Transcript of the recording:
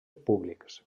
públics